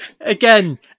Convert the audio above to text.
again